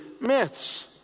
myths